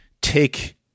take